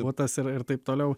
butas ir ir taip toliau